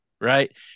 right